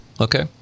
Okay